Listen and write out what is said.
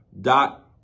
dot